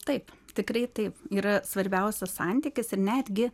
taip tikrai taip yra svarbiausia santykis ir netgi